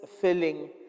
filling